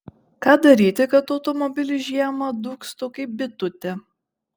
ką daryti kad automobilis žiemą dūgztų kaip bitutė